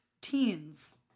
teens